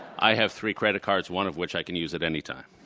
i have three credit cards, one of which i can use at any time.